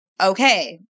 okay